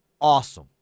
awesome